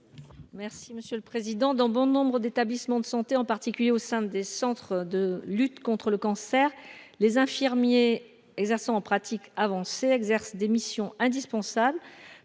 Merci monsieur le président, dans bon nombre d'établissements de santé, en particulier au sein des centres de lutte contre le cancer, les infirmiers exerçant en pratique avancée exercent des missions indispensables